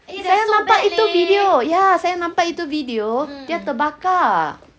saya nampak itu video ya saya nampak itu video dia terbakar